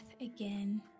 again